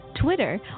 Twitter